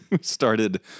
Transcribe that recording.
Started